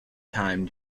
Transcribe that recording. time